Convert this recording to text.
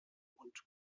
und